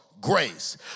grace